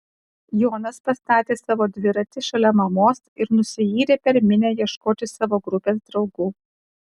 jonas pastatė savo dviratį šalia mamos ir nusiyrė per minią ieškoti savo grupės draugų